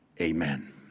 amen